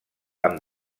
amb